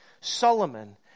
Solomon